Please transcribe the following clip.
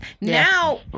Now